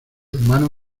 hermano